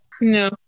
No